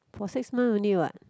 for six months only what